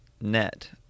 Net